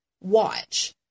watch